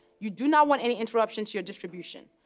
you do not want any interruption to your distribution.